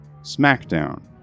Smackdown